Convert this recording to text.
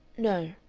no.